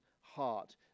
heart